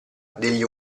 degli